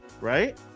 Right